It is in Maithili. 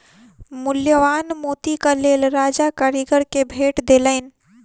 मूल्यवान मोतीक लेल राजा कारीगर के भेट देलैन